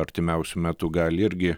artimiausiu metu gali irgi